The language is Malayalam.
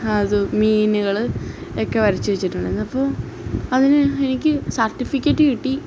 അത് മീനുകൾ ഒക്കെ വരച്ച് വെച്ചിട്ടുണ്ടായിരുന്നു അപ്പോൾ അതിന് എനിക്ക് സര്ട്ടിഫിക്കറ്റ് കിട്ടി